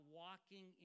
walking